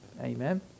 Amen